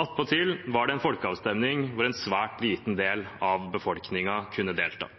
Attpåtil var det en folkeavstemning der en svært liten del av befolkningen kunne delta